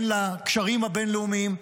הן לקשרים הבין-לאומיים,